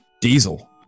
Diesel